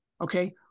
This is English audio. Okay